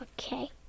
Okay